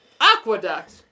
Aqueduct